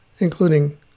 including